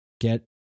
get